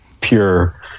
pure